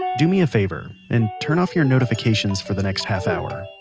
do me a favour, and turn off your notifications for the next half hour.